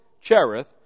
Cherith